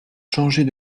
changer